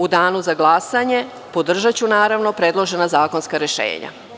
U danu za glasanje podržaću, naravno, predložena zakonska rešenja.